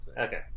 Okay